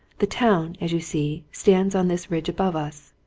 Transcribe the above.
the town, as you see, stands on this ridge above us.